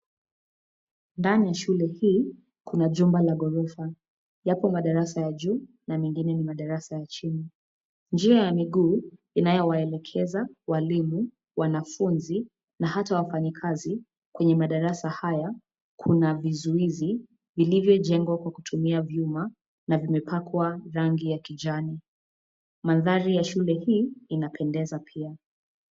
Ndani ya shule hii kuna jumba la gorofa. Yapo madarasa ya juu na mengine ni madarasa ya chini. Njia ya miguu inayowaelekeza walimu, wanafunzi na hata wafanyakazi kwenye madarasa haya; kuna vizuizi vilivyojengwa kwa kutumia vyuma na vimepakwa rangi ya kijani. Mandhari ya shule hii inapendeza pia.